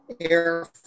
air